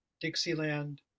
dixieland